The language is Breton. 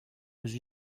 ouzh